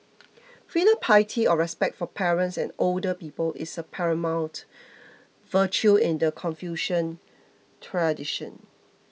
filial piety or respect for parents and older people is a paramount virtue in the Confucian tradition